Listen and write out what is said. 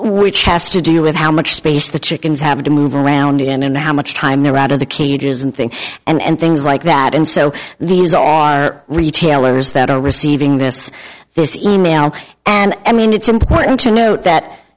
which has to do with how much space the chickens have to move around in and how much time they're out of the cages and thing and things like that and so these are retailers that are receiving this this e mail and i mean it's important to note that